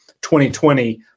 2020